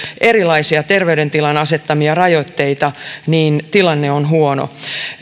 erilaisia terveydentilan asettamia rajoitteita niin tilanne on huono